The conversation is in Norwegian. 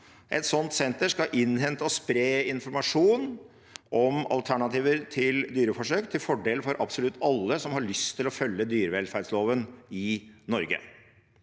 Et sånt senter skal innhente og spre informasjon om alternativer til dyreforsøk, til fordel for absolutt alle som har lyst til å følge dyrevelferdsloven i Norge.